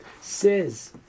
says